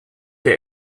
der